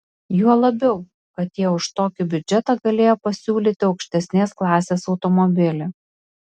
juo labiau kad jie už tokį biudžetą galėjo pasiūlyti aukštesnės klasės automobilį